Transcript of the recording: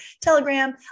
telegram